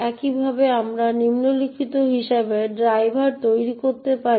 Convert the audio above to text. একইভাবে আমরা নিম্নলিখিত হিসাবে ড্রাইভার তৈরি করতে পারি